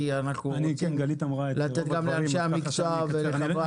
כי אנחנו רוצים לתת גם לאנשי המקצוע ולחברי הכנסת.